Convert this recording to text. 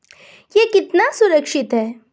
यह कितना सुरक्षित है?